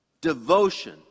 devotion